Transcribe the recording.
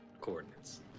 coordinates